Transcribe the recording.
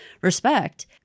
respect